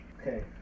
Okay